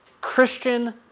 Christian